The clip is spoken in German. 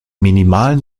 minimalen